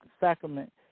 Sacrament